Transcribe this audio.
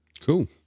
Cool